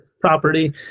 property